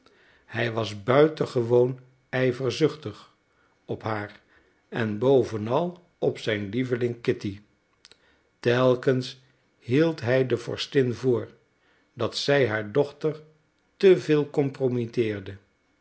hij was buitengewoon ijverzuchtig op haar en bovenal op zijn lieveling kitty telkens hield hij de vorstin voor dat zij haar dochter